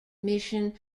mission